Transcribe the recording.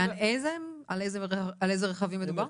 על איזה רכבים מדובר?